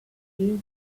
due